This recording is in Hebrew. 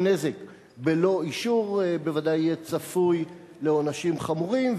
נזק בלא אישור בוודאי צפוי לעונשים חמורים,